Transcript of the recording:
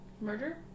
Murder